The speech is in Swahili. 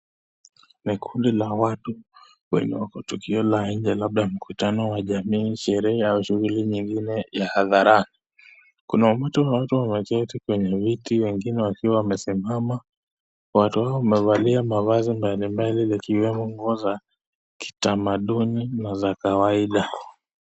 Ni kundi la watu kwenye tukio la inje, labda mkutano wa jamii, sherehe au shughuli nyingine ya hadharani. Kuna umati ya watu wameketi kwenye viti, wengine wakiwa wamesimama. Watu hao wamevaa mavazi mbalimbali likiwemo nguo za kitamaduni na za kawaida.